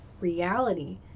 reality